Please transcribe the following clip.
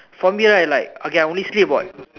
for me right like okay I only sleep about